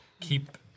keep